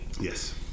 yes